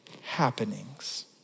happenings